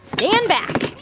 stand back